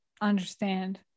understand